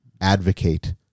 advocate